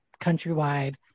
countrywide